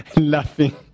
laughing